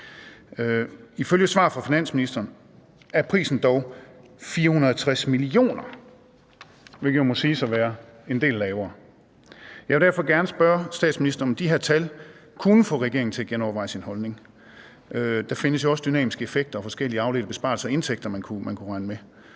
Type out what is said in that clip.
Ifølge et svar fra finansministeren er prisen dog 460 mio. kr., hvilket jo må siges at være en del lavere. Jeg vil derfor gerne spørge statsministeren, om de her tal kunne få regeringen til at genoverveje sin holdning. Der findes jo også dynamiske effekter og forskellige afledte besparelser og indtægter, man kunne regne med.